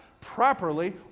properly